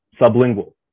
sublingual